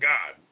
God